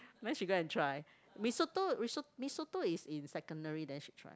then she go and try mee soto mee so~ mee soto is in secondary then she try